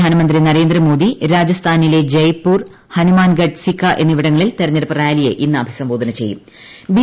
പ്രധാനമന്ത്രി നരേന്ദ്രമോദീ രാജസ്ഥാനിലെ ജയ്പൂർ ഹനുമൻഗഡ് സിക്കാ എന്നിവിടങ്ങളിൽ തെരഞ്ഞെടുപ്പ് റാലിയെ ഇന്ന് അഭിസംബോധന ച്ചെയ്യുട്ട്